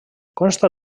consta